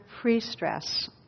pre-stress